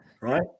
Right